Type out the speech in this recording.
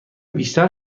بیشتر